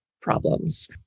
problems